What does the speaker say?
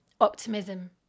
optimism